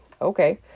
Okay